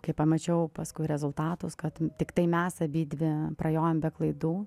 kai pamačiau paskui rezultatus kad tiktai mes abidvi prajojom be klaidų